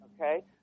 okay